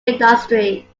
industry